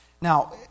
Now